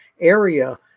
area